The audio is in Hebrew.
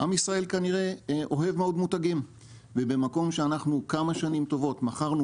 עם ישראל כנראה אוהב מאוד מותגים ובמקום שאנחנו כמה שנים טובות מכרנו